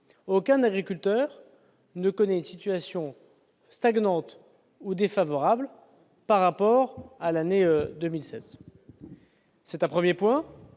aucun agriculteur ne connaîtra une situation stagnante ou défavorable par rapport à l'année 2016. C'est le premier point,